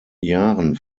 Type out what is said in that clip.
jahren